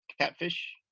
catfish